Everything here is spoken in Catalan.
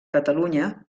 catalunya